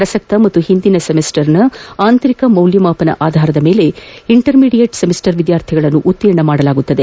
ಪ್ರಸಕ್ತ ಮತ್ತು ಹಿಂದಿನ ಸೆಮಿಸ್ಸರ್ನ ಆಂತರಿಕ ಮೌಲ್ಯಮಾಪನ ಆಧಾರದ ಮೇಲೆ ಇಂಟರ್ ಮಿಡಿಯೆಟ್ ಸೆಮಿಸ್ಟರ್ ವಿದ್ಯಾರ್ಥಿಗಳನ್ನು ಉತ್ತೀರ್ಣ ಮಾಡಲಾಗುವುದು